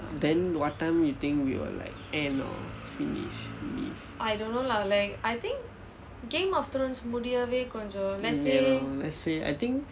then what time you think we will like end or finish maybe ya let's say I think